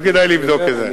לא כדאי לבדוק את זה.